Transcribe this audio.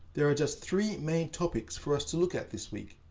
there are just three main topics for us to look at this week.